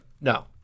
No